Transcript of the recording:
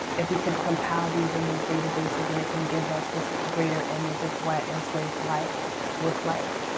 if we could compile these in these databases, and it can give us this greater image of what enslaved life was like.